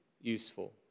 useful